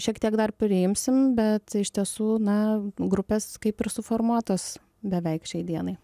šiek tiek dar priimsim bet iš tiesų na grupes kaip ir suformuotos beveik šiai dienai